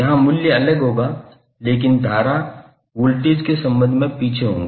यहां मूल्य अलग होगा लेकिन धारा वोल्टेज के संबंध में पीछे होगी